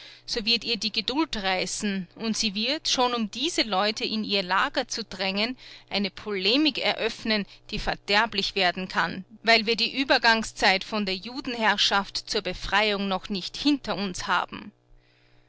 so wird ihr die geduld reißen und sie wird schon um diese leute in ihr lager zu drängen eine polemik eröffnen die verderblich werden kann weil wir die uebergangszeit von der judenherrschaft zur befreiung noch nicht hinter uns haben